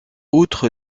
outre